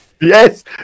Yes